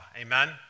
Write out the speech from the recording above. Amen